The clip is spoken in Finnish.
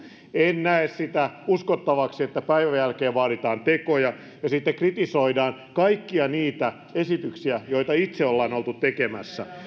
en näe sitä uskottavana että päivän jälkeen vaaditaan tekoja ja sitten kritisoidaan kaikkia niitä esityksiä joita itse ollaan oltu tekemässä